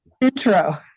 intro